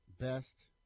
best